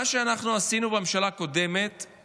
מה שאנחנו עשינו בממשלה הקודמת,